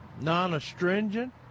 non-astringent